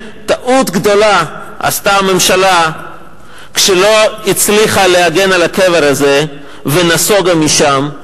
טעות גדולה עשתה הממשלה כשלא הצליחה להגן על הקבר הזה ונסוגה משם,